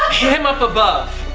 him up above,